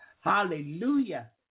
Hallelujah